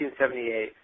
1978